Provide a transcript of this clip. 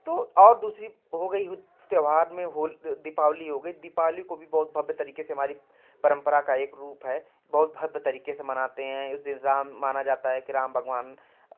तो और दूसरी हो गई त्योहार में दीपावली हो गई दीपावली को भी बहुत भव्य तरीके से हमारी परंपरा का एक रूप है बहुत ही भव्य तरीके से मनाते हैं उस दिन राम माना जाता है कि राम भगवान